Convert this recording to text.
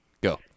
Go